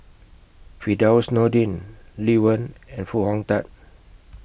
Firdaus Nordin Lee Wen and Foo Hong Tatt